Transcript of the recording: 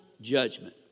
judgment